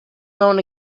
known